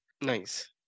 Nice